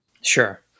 Sure